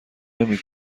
نمی